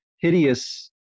Hideous